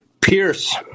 Pierce